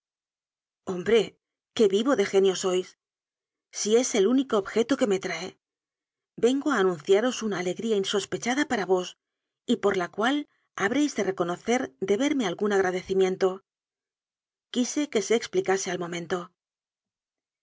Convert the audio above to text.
hombre qué vivo de genio sois si es el único objeto que me trae vengo a anunciaros una ale gría insospechada para vos y por la cual habréis de reconocer deberme algún agradecimiento qui se que se explicase al momento